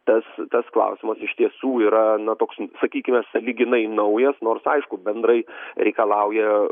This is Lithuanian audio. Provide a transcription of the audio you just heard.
tas tas klausimas iš tiesų yra na toks sakykime sąlyginai naujas nors aišku bendrai reikalauja